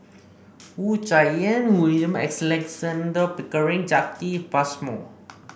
Wu Tsai Yen William Alexander Pickering Jacki Passmore